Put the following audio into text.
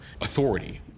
authority